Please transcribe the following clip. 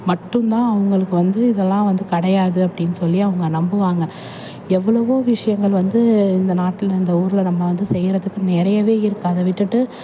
மட்டுந்தான் அவங்களுக்கு வந்து இதெல்லாம் வந்து கிடையாது அப்படின்னு சொல்லி அவங்க நம்புவாங்க எவ்வளோவோ விஷயங்கள் வந்து இந்த நாட்டில் இந்த ஊரில் நம்ம வந்து செய்கிறத்துக்கு நிறையவே இருக்குது அதை விட்டுட்டு